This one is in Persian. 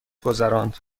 گذراند